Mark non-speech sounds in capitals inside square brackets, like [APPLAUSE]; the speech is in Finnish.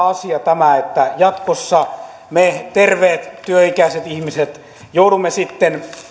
[UNINTELLIGIBLE] asia tämä että jatkossa me terveet työikäiset ihmiset joudumme sitten